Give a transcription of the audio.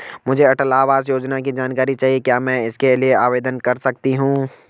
मुझे अटल आवास योजना की जानकारी चाहिए क्या मैं इसके लिए आवेदन कर सकती हूँ?